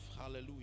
Hallelujah